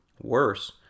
Worse